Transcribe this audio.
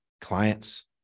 Clients